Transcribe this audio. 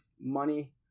money